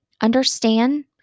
Understand